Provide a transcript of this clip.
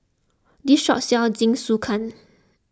this shop sells Jingisukan